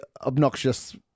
obnoxious